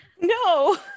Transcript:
no